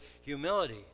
humility